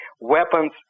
weapons